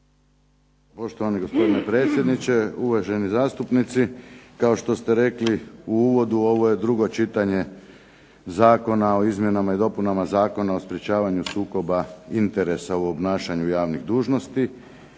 poštovani gospodine predsjedniče, uvaženi zastupnici. Kao što ste rekli u uvodu ovo je drugo čitanje Zakona o izmjenama i dopunama Zakona o sprječavanju sukoba interesa u obnašanju javnih dužnosti.